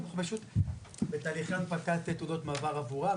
פשוט אנחנו בתהליכי הנפקת תעודות מעבר עבורם,